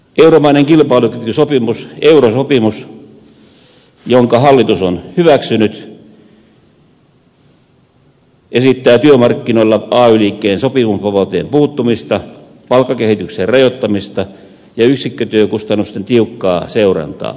euromaiden kilpailukykysopimus eurosopimus jonka hallitus on hyväksynyt esittää työmarkkinoilla ay liikkeen sopimusvapauteen puuttumista palkkakehityksen rajoittamista ja yksikkötyökustannusten tiukkaa seurantaa